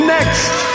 Next